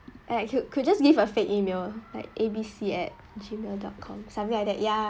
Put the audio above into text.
eh could could just leave a fake email like A B C at G mail dot com something like that ya